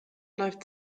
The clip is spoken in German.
läuft